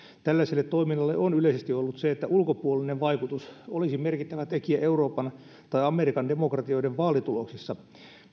tällaiselle toiminnalle on yleisesti ollut se että ulkopuolinen vaikutus olisi merkittävä tekijä euroopan tai amerikan demokratioiden vaalituloksissa